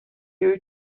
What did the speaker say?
you